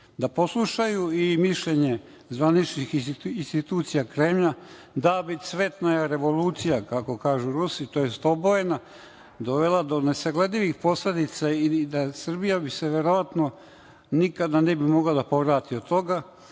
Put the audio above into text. da poslušaju i mišljenje zvaničnih institucija Kremlja, da bi "cvetna revolucija" kako kažu Rusi, tj. obojena, dovela do nesagledivih posledica, Srbija se verovatno nikada ne bi mogla da povrati od toga,